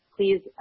Please